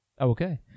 Okay